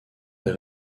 est